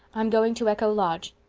i'm going to echo lodge.